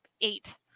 eight